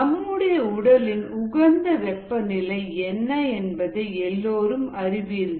நம்முடைய உடலின் உகந்த வெப்பநிலை என்ன என்பதை எல்லோரும் அறிவீர்கள்